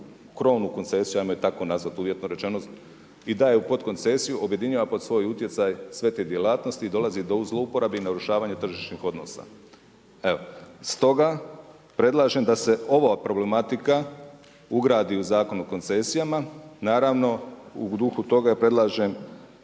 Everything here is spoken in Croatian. krovnu koncesiju hajmo je tako nazvati uvjetno rečeno i daje u podkoncesiju objedinjava pod svoj utjecaj sve te djelatnosti i dolazi do zlouporabe i narušavanja tržišnih odnosa. Stoga predlažem da se ova problematika ugradi u Zakon o koncesijama. Naravno u duhu toga predlažem